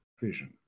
vision